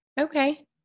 Okay